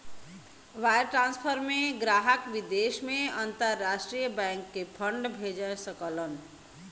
wire transfer में ग्राहक विदेश में अंतरराष्ट्रीय बैंक के फंड भेज सकलन